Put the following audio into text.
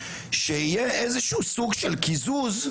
שיהיה קיזוז